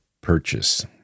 purchase